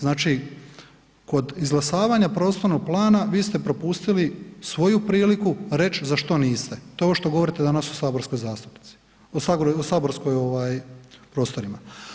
Znači, kod izglasavanja prostornog plana vi ste propustili svoju priliku reć za što niste, to je ovo što govorite danas u saborskoj zastupnici, o saborskoj ovaj prostorima.